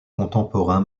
contemporain